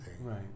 right